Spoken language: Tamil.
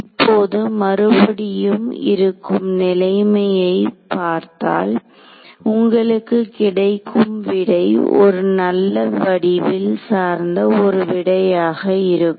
இப்போது மறுபடியும் இருக்கும் நிலைமையை பார்த்தால் உங்களுக்கு கிடைக்கும் விடை ஒரு நல்ல வடிவியல் சார்ந்த ஒரு விடையாக இருக்கும்